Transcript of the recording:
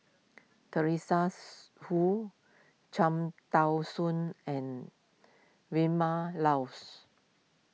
Teresa Hsu Cham Tao Soon and Vilma Laus